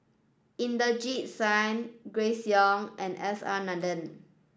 Inderjit Singh Grace Young and S R Nathan